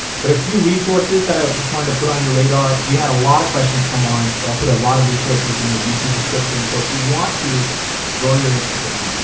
but a few resources that i just wanted to put on your radar. we had a lot of questions come on. i'll put a lot of resources in the youtube description. so if you want to grow your instagram,